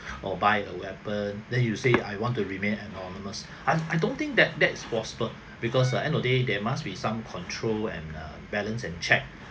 or buy a weapon then you say I want to remain anonymous I I don't think that that is possible because uh end of day there must be some control and err balance and check